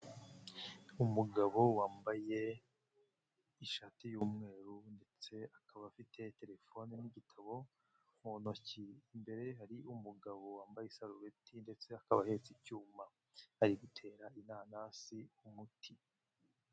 Umugabo wambaye ishati y'umweru ndetse akaba afite telefoni n'igitabo mu ntoki, imbere hari umugabo wambaye isarubeti ndetse akaba ahetse icyuma, ari gutera inanasi umuti.